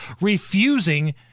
refusing